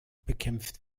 bekämpft